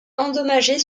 endommagée